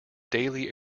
daily